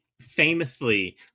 famously